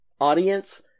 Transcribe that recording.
Audience